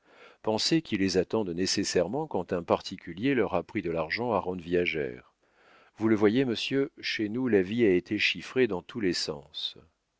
pensées qui les attendent nécessairement quand un particulier leur a pris de l'argent à rente viagère vous le voyez monsieur chez nous la vie a été chiffrée dans tous les sens